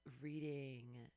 reading